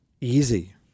Easy